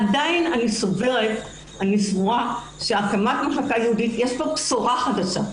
עדיין אני סבורה שהקמת מחלקה ייעודית יש בה בשורה חדשה.